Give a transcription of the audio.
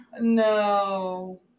No